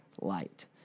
light